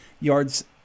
yards